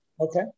Okay